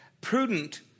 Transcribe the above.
Prudent